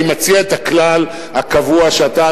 אני מציע את הכלל הקבוע שאתה,